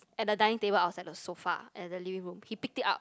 at the dining table outside the sofa at the living room he picked it up